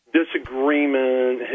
disagreement